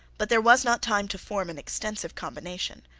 but there was not time to form an extensive combination.